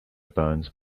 bones